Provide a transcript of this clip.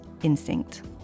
instinct